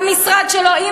המשרד שלו תמך,